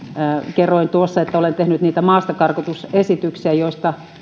kerroin tuossa että olen tehnyt niitä maastakarkotusesityksiä joissa